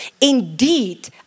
indeed